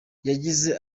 yagize